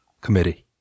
committee